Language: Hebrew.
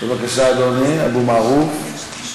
בבקשה, אדוני, אבו מערוף.